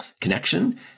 connection